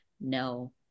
no